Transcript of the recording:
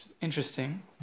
interesting